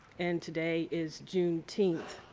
and today is juneteenth.